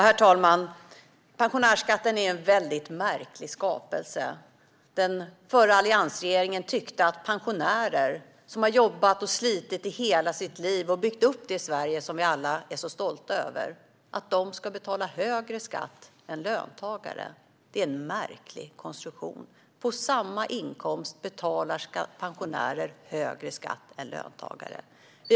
Herr talman! Pensionärsskatten är en väldigt märklig skapelse. Den förra alliansregeringen tyckte att pensionärer - som har jobbat och slitit i hela sitt liv och som har byggt upp det Sverige som vi alla är så stolta över - ska betala högre skatt än löntagare. Detta är en märklig konstruktion - på samma inkomst betalar pensionärer högre skatt än löntagare.